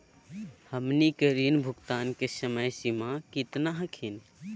हमनी के ऋण भुगतान के समय सीमा केतना हखिन?